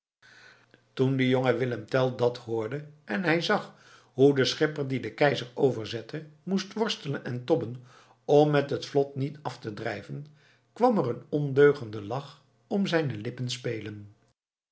toen de jonge willem tell dat hoorde en hij zag hoe de schipper die den keizer overzette moest worstelen en tobben om met het vlot niet af te drijven kwam er een ondeugende lach om zijne lippen spelen